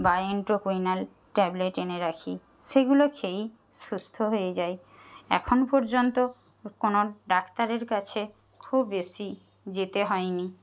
বা Entroquinol tablet এনে রাখি সেগুলো খেয়েই সুস্থ হয়ে যাই এখন পর্যন্ত কোনো ডাক্তারের কাছে খুব বেশি যেতে হয় নি